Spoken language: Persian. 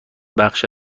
بخش